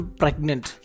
pregnant